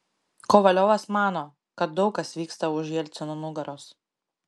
kovaliovas mano kad daug kas vyksta už jelcino nugaros